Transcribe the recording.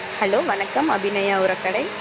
hello வணக்கம் அபிநயா உரக்கடை